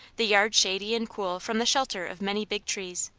the yard shady and cool from the shelter of many big trees,